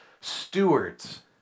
stewards